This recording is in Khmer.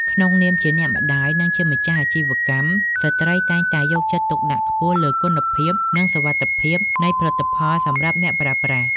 ក្នុងនាមជាអ្នកម្តាយ និងជាម្ចាស់អាជីវកម្ម ស្ត្រីតែងតែយកចិត្តទុកដាក់ខ្ពស់លើគុណភាព និងសុវត្ថិភាពនៃផលិតផលសម្រាប់អ្នកប្រើប្រាស់។